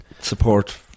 Support